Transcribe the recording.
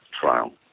trial